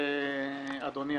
אדוני.